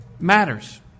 matters